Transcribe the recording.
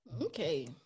Okay